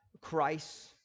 Christ